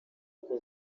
uko